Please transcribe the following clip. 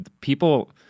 People